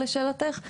לשאלתך,